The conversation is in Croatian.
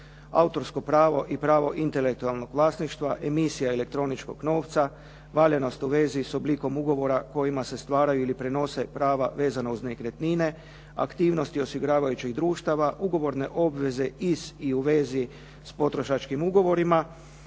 Autorsko pravo i pravo intelektualnog vlasništva, emisija elektroničkog novca, valjanost u vezi s oblikom ugovora kojima se stvaraju ili prenose prava vezana uz nekretnine, aktivnosti osiguravajućih društava, ugovorne obveze iz i u vezi s potrošačkim ugovorima,